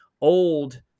old